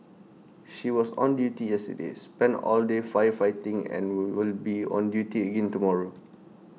she was on duty yesterday spent all day firefighting and will will be on duty again tomorrow